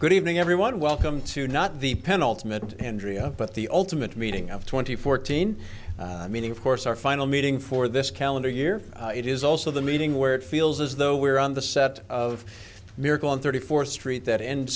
good evening everyone welcome to not the penultimate andrea but the ultimate meeting of twenty fourteen meaning of course our final meeting for this calendar year it is also the meeting where it feels as though we're on the set of miracle on thirty fourth street that end